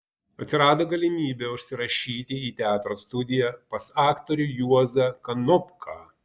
atsirado galimybė užsirašyti į teatro studiją pas aktorių juozą kanopką